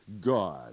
God